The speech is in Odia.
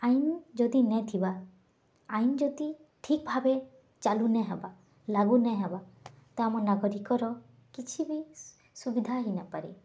ଆଇନ୍ ଯଦି ନାଇଥିବା ଆଇନ୍ ଯଦି ଠିକ୍ ଭାବେ ଚାଲୁ ନାଇଁ ହେବା ଲାଗୁ ନାଇଁ ହେବା ତ ଆମ ନାଗରିକର କିଛି ବି ସୁବିଧା ହେଇ ନାଇପାରି